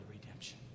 redemption